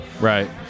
Right